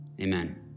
amen